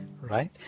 right